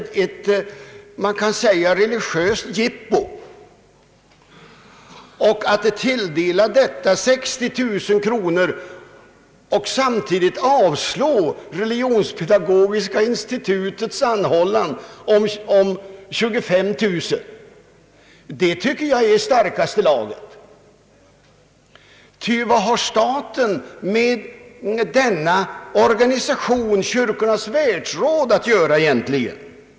Jag tycker det är i starkaste laget att anslå 60 000 kronor för det ändamålet och samtidigt avslå Religionspedagogiska institutets anhållan om 25 000 kronor. Vad har egentligen staten med Kyrkornas världsråd att göra?